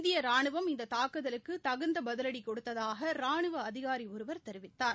இந்திய ராணுவம் இந்த தாக்குதலுக்கு தகுந்த பதிவடி கொடுத்ததாக ராணுவ அதிகாரி ஒருவர் தெரிவித்தார்